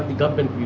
government